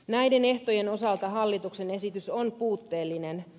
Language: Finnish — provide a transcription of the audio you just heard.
näiden ehtojen osalta hallituksen esitys on puutteellinen